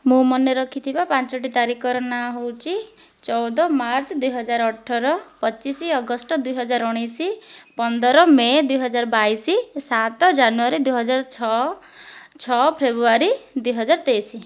ମୁଁ ମନେ ରଖିଥିବା ପାଞ୍ଚଟି ତାରିଖର ନାଁ ହେଉଛି ଚଉଦ ମାର୍ଚ୍ଚ ଦୁଇହଜାର ଅଠର ପଚିଶ ଅଗଷ୍ଟ ଦୁଇହଜାର ଉଣେଇଶ ପନ୍ଦର ମେ' ଦୁଇହଜାର ବାଇଶ ସାତ ଜାନୁଆରୀ ଦୁଇହଜାର ଛଅ ଛଅ ଫେବୃଆରୀ ଦୁଇହଜାର ତେଇଶ